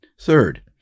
Third